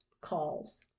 calls